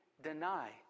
deny